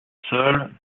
seul